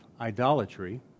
idolatry